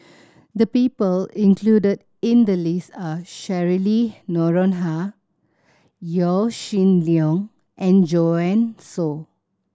the people included in the list are Cheryl Noronha Yaw Shin Leong and Joanne Soo